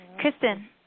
Kristen